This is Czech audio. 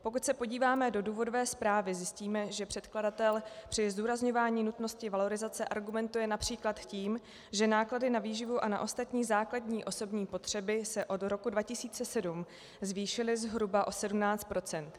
Pokud se podíváme do důvodové zprávy, zjistíme, že předkladatel při zdůrazňování nutnosti valorizace argumentuje například tím, že náklady na výživu a na ostatní základní osobní potřeby se od roku 2007 zvýšily zhruba o 17 %.